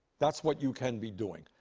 that's what you can be doing.